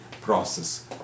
process